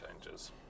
changes